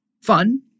Fun